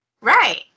Right